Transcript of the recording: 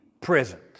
present